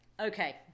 okay